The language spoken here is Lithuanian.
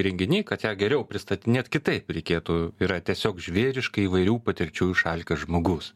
renginy kad ją geriau pristatinėt kitaip reikėtų yra tiesiog žvėriškai įvairių patirčių išalkęs žmogus